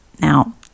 Now